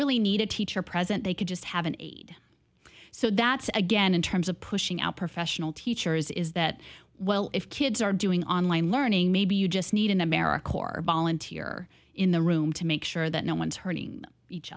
really need a teacher present they could just have an aide so that's again in terms of pushing out professional teachers is that well if kids are doing online learning maybe you just need an american or volunteer in the room to make sure that no one's hurting each